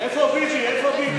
ועדת הכנסת נתקבלה.